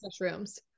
mushrooms